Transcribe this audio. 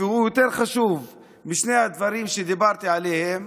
והוא יותר חשוב משני הדברים שדיברתי עליהם,